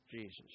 Jesus